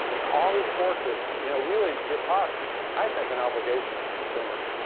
and, all these forces you know really give us i think an obligation as consumers.